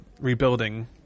rebuilding